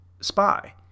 spy